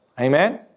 Amen